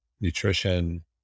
nutrition